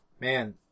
Man